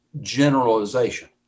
generalization